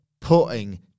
putting